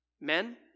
Men